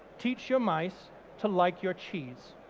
teach your mice to like your cheese.